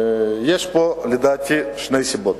יש פה לדעתי שתי סיבות.